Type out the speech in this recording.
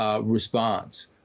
response